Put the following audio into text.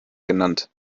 genannt